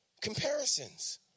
Comparisons